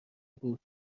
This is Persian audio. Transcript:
بود